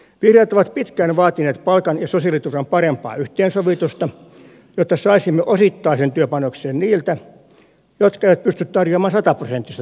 vihreät ovat pitkään vaatineet palkan ja sosiaaliturvan parempaa yhteensovitusta jotta saisimme osittaisen työpanoksen niiltä jotka eivät pysty tarjoamaan sataprosenttista työpanosta